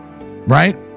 Right